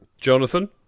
Jonathan